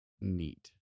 Neat